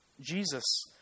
Jesus